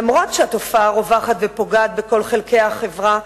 אף שהתופעה רווחת ופוגעת בכל חלקי החברה,